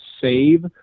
save